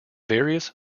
various